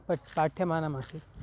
पट् पाठ्यमानमासीत्